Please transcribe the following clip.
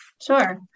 Sure